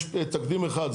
יש תקדים אחד,